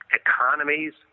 economies